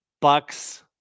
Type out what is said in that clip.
Bucks